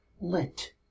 lit